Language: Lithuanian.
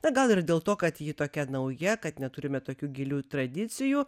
na gal ir dėl to kad ji tokia nauja kad neturime tokių gilių tradicijų